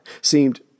seemed